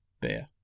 beer